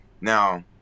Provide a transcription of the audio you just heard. Now